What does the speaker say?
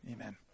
amen